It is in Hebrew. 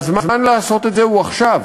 והזמן לעשות את זה הוא עכשיו,